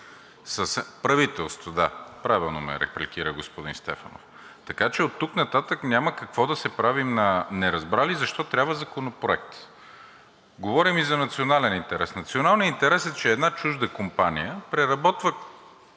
Правителството, да, правилно ме репликира господин Стефанов. Така че оттук нататък няма какво да се правим на неразбрали защо трябва Законопроект. Говорим и за национален интерес. Националният интерес е, че една чужда компания преработва